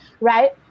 right